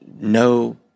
no